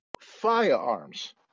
firearms